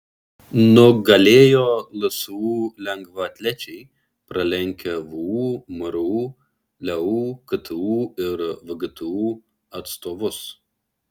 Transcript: nugalėjo lsu lengvaatlečiai pralenkę vu mru leu ktu ir vgtu atstovus